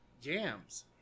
Jams